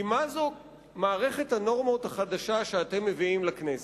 כי מה זו מערכת הנורמות החדשה שאתם מביאים לכנסת?